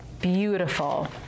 Beautiful